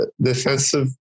defensive